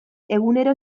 egunero